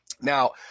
Now